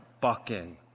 bucking